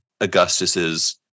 Augustus's